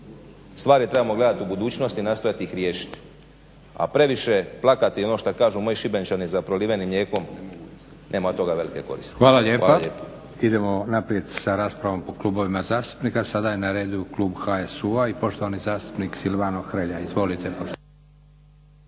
Stvari trebamo gledati u budućnost i nastojati ih riješiti, a previše plakati, ono što kažu moji Šibenčani "za prolivenim mlijekom nema od toga velike koristi". Hvala lijepa. **Leko, Josip (SDP)** Hvala lijepa. Idemo naprijed sa raspravom po klubovima zastupnika. Sada je na redu klub HSU-a i poštovani zastupnik Silvano Hrelja. **Hrelja,